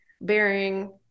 bearing